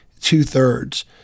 two-thirds